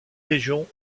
régions